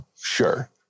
Sure